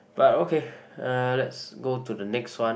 but okay uh let's go to the next one